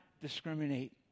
discriminate